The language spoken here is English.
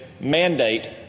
mandate